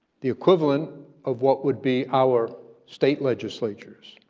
the equivalent of what would be our state legislatures,